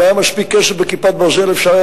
אם היה מספיק כסף ב"כיפת ברזל" אפשר היה